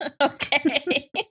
Okay